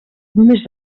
només